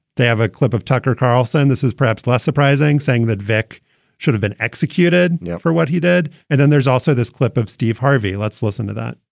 they have a clip of tucker carlson. this is perhaps less surprising, saying that vick should have been executed for what he did. and then there's also this clip of steve harvey. let's listen to that,